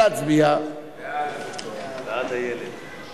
מסירת הודעה ראשונה על תנאי עבודה במסגרת הסכם